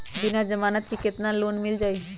बिना जमानत के केतना लोन मिल जाइ?